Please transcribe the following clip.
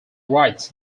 writes